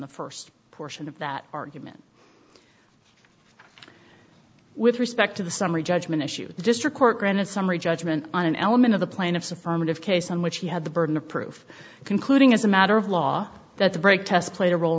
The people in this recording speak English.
the first portion of that argument with respect to the summary judgment issue the district court granted summary judgment on an element of the plaintiff's affirmative case in which he had the burden of proof concluding as a matter of law that the brake test played a role